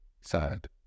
sad